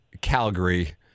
Calgary